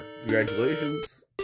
Congratulations